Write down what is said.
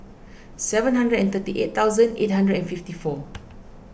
seven hundred and thirty eight thousand eight hundred and fifty four